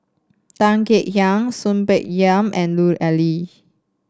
Tan Kek Hiang Soon Peng Yam and Lut Ali